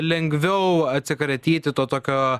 lengviau atsikratyti to tokio